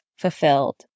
fulfilled